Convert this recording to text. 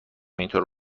اینطور